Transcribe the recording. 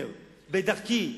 בדרכי,